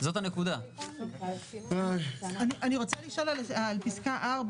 אני רוצה לשאול על פסקה 4,